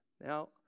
Now